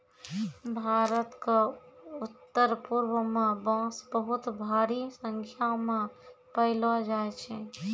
भारत क उत्तरपूर्व म बांस बहुत भारी संख्या म पयलो जाय छै